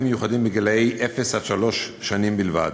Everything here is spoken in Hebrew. מיוחדים גילאי אפס עד שלוש שנים בלבד.